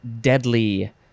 deadly